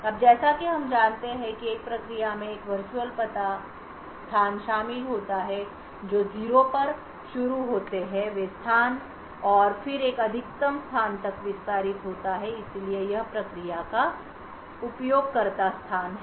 अब जैसा कि हम जानते हैं कि एक प्रक्रिया में एक वर्चुअल पता स्थान शामिल होता है जो 0पर शुरू होता हैवें स्थानऔर फिर एक अधिकतम स्थान तक विस्तारित होता है इसलिए यह प्रक्रिया का उपयोगकर्ता स्थान है